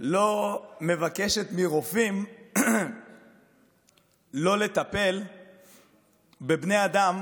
מבקשת מרופאים לא לטפל בבני אדם